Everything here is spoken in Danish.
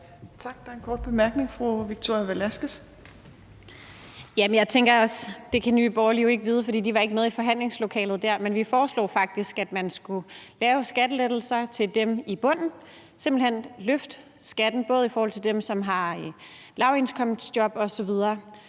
vi foreslog faktisk, at man skulle lave skattelettelser til dem i bunden, simpelt hen lette skatten også for dem, som har lavindkomstjob osv.